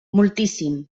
moltíssim